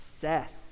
Seth